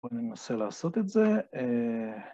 בואו ננסה לעשות את זה אהה